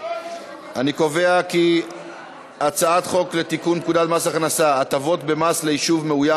אני קובע כי הצעת חוק לתיקון פקודת מס הכנסה (הטבות מס ליישוב מאוים